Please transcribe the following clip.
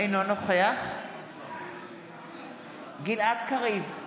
אינו נוכח גלעד קריב,